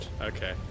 Okay